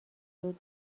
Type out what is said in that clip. زود